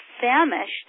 famished